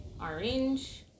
Orange